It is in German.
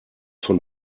von